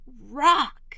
rock